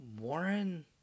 Warren